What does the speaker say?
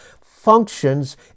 functions